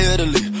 Italy